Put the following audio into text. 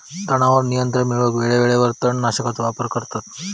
तणावर नियंत्रण मिळवूक वेळेवेळेवर तण नाशकांचो वापर करतत